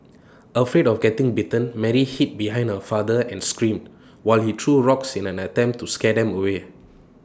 afraid of getting bitten Mary hid behind her father and screamed while he threw rocks in an attempt to scare them away